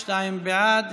שניים בעד,